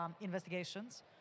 investigations